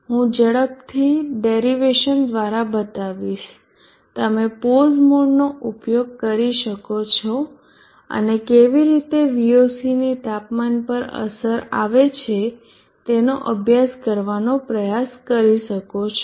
હું ઝડપથી ડેરીવેશન દ્વારા બતાવીશ તમે પોઝ મોડનો ઉપયોગ કરી શકો છો અને કેવી રીતે Voc ની તાપમાનની અસર આવે છે તેનો અભ્યાસ કરવાનો પ્રયાસ કરી શકો છો